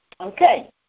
Okay